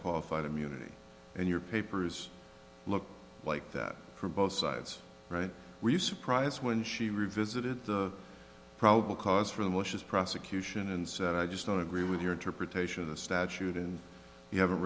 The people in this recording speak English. qualified immunity and your papers look like that from both sides right were you surprised when she revisited probable cause for the malicious prosecution and i just don't agree with your interpretation of the statute and you haven't